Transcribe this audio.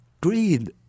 Greed